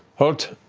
halt,